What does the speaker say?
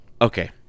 okay